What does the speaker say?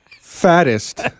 fattest